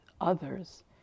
others